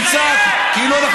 אתה שקרן.